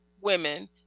women